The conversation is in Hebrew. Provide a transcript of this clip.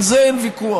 על זה אין ויכוח.